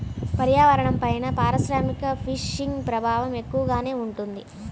పర్యావరణంపైన పారిశ్రామిక ఫిషింగ్ ప్రభావం ఎక్కువగానే ఉంటుంది